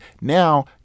Now